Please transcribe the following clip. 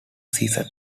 season